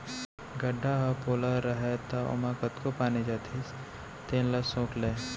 गड्ढ़ा ह पोला रहय त ओमा कतको पानी जातिस तेन ल सोख लय